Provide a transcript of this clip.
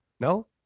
No